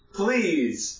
please